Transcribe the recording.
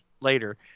later